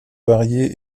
varié